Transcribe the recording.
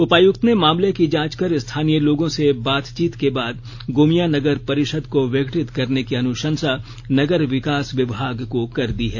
उपायुक्त ने मामले की जांच कर स्थानीय लोगों से बातचीत के बाद गोमिया नगर परिषद को विघटित करने की अनुशंसा नगर विकास विभाग को कर दी है